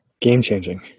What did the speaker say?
Game-changing